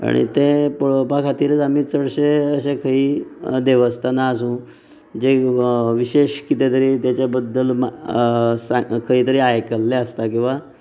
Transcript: आनी तें पळोवपा खातीरच आमी चडशे अशे खंयी देवस्थानां आसू जे विशेश कितें तरी तेचे बद्दल खंयतरी आयकल्लें आसता किंवां